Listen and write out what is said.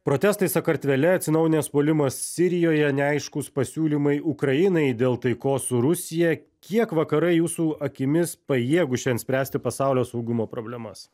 protestai sakartvele atsinaujinęs puolimas sirijoje neaiškūs pasiūlymai ukrainai dėl taikos su rusija kiek vakarai jūsų akimis pajėgūs šiandien spręsti pasaulio saugumo problemas